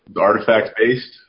Artifact-based